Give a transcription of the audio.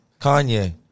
Kanye